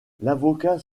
l’avocat